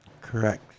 Correct